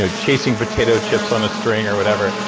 so chasing potato chips on a string or whatever.